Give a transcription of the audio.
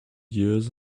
years